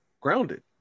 grounded